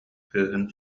кыыһын